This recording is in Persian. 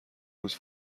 روز